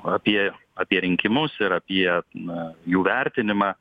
apie apie rinkimus ir apie na jų vertinimą